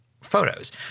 photos